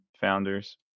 founders